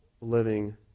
living